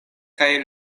kaj